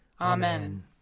Amen